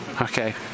Okay